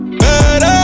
better